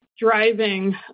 driving